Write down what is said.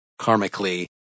karmically